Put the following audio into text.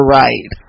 right